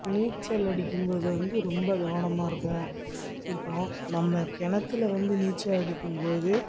நீச்சல் அடிக்கும் போது வந்து ரொம்ப கவனமாக இருக்கும் இருக்கணும் நம்ம கிணத்துல வந்து நீச்சல் அடிக்கும் போது